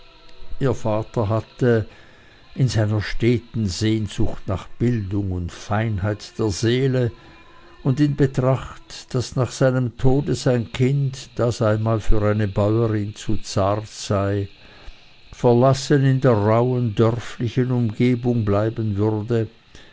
ihr vater hatte in seiner steten sehnsucht nach bildung und feinheit der seele und in betracht daß nach seinem tode sein kind das einmal für eine bäuerin zu zart sei verlassen in der rauhen dörflichen umgebung bleiben würde